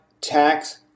tax